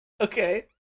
Okay